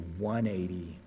180